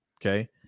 Okay